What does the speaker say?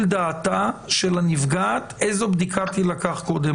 דעתה של הנפגעת איזו בדיקה תילקח קודם.